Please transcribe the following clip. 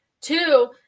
Two